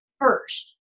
first